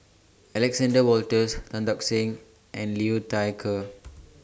Alexander Wolters Tan Tock Seng and Liu Thai Ker